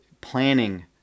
planning